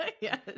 Yes